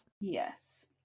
Yes